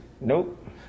nope